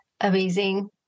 amazing